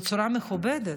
בצורה מכובדת.